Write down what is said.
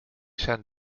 zijn